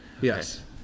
Yes